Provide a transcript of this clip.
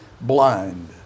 blind